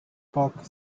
park